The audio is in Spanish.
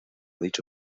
dicho